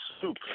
soup